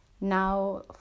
now